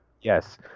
Yes